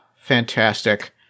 fantastic